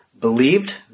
believed